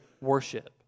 worship